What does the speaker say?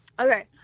Okay